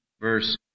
verse